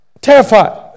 terrified